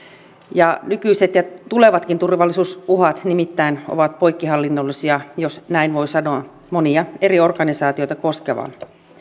nykyiset ja tulevatkin turvallisuusuhat nimittäin ovat poikkihallinnollisia jos näin voi sanoa monia eri organisaatioita koskevia